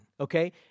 okay